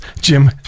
Jim